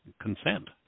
consent